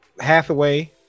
hathaway